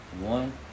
one